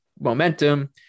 momentum